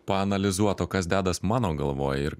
paanalizuot o kas dedas mano galvoj ir